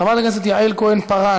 חברת הכנסת יעל כהן-פארן,